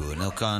כי הוא אינו כאן.